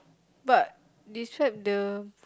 but describe the